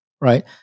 right